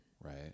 Right